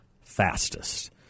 fastest